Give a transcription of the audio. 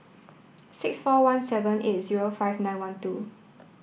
six four one seven eight zero five nine one two